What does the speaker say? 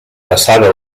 passava